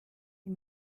die